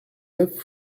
neuf